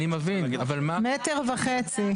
אני מבין, אבל מה --- מטר וחצי.